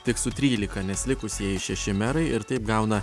tik su trylika nes likusieji šeši merai ir taip gauna